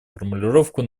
формулировку